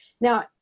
Now